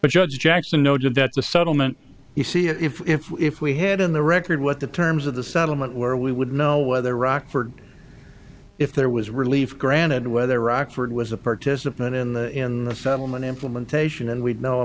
but judge jackson noted that the settlement you see if we had in the record what the terms of the settlement were we would know whether rockford if there was relief granted whether rockford was a participant in the settlement implementation and we'd know a